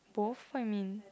both what you mean